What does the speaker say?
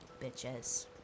Bitches